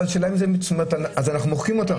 אבל השאלה אם זה, אז אנחנו מוחקים אותה.